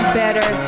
better